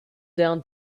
down